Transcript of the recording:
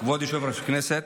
כבוד יושב-ראש הישיבה,